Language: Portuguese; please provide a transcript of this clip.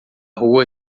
rua